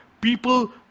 people